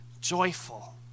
joyful